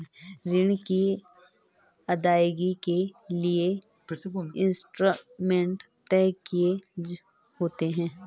ऋण की अदायगी के लिए इंस्टॉलमेंट तय किए होते हैं